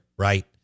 Right